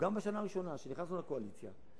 גם בשנה הראשונה שנכנסנו לקואליציה,